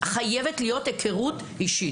חייבת להיות היכרות אישית.